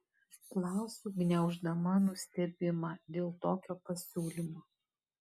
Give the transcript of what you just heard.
klausiu gniauždama nustebimą dėl tokio pasiūlymo